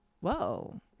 whoa